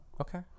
Okay